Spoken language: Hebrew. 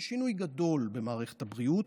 זה שינוי גדול במערכת הבריאות,